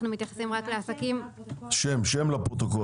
אנחנו מדברים רק על עסקים קטנים